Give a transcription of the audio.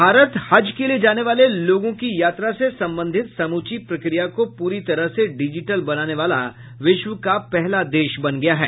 भारत हज के लिए जाने वाले लोगों की यात्रा से संबंधित समूची प्रक्रिया को पूरी तरह से डिजिटल बनाने विश्व का वाला पहला देश बन गया है